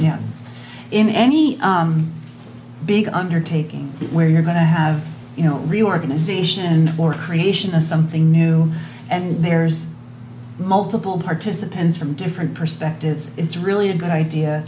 have in any big undertaking where you're going to have you know reorganization or creation of something new and there's multiple participants from different perspectives it's really a good idea